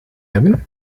hebben